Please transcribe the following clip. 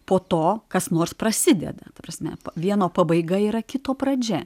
po to kas nors prasideda ta prasme vieno pabaiga yra kito pradžia